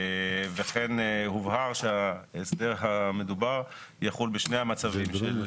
וכן מובהר שההסדר המדובר יחול בשני המצבים של